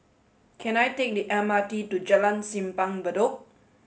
can I take the M R T to Jalan Simpang Bedok